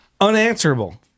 Unanswerable